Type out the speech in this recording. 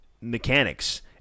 mechanics